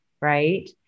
right